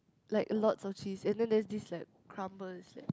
like a lot of cheese and then there this like crumble is like